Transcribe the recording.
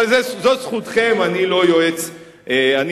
אז הוא שילם את המחיר,